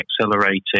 accelerating